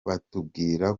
batubwira